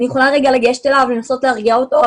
אני יכולה לרגע לגשת אליו ולנסות להרגיע אותו,